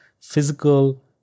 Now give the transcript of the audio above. physical